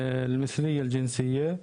ברחתי לפני שנתיים,